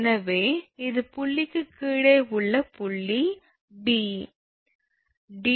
எனவே இது புள்ளிக்கு கீழே உள்ள புள்ளி 𝐵 𝑑2 44